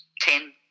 ten